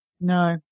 No